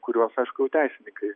kuriuos aišku teisininkai